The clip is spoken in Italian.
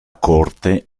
corte